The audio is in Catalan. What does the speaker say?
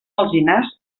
alzinars